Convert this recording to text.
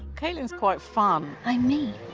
caitlin's quite fun. i mean